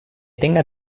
tenga